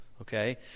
okay